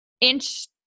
inch